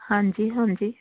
ਹਾਂਜੀ ਹਾਂਜੀ